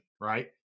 right